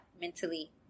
mentally